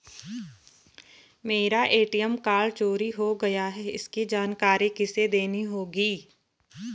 मेरा ATM card चोरी हो गया है इसकी जानकारी किसे देनी होगी?